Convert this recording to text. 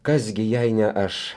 kas gi jei ne aš